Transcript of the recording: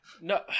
no